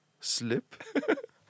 Slip